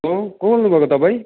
hello को बोल्नु भएको तपाईँ